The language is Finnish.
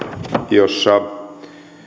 jossa